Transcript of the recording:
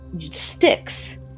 sticks